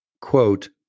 Quote